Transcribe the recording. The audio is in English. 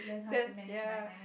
then ya